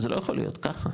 זה לא יכול להיות ככה,